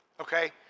okay